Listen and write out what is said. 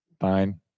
fine